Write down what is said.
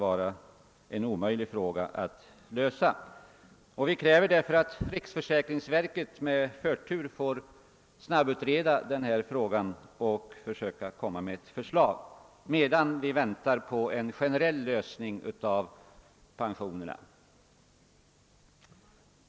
Vi kräver därför, att riksförsäkringsverket med förtur skall snabbutreda denna fråga och lägga fram förslag medan vi väntar på en generell lösning av pensionsfrågorna.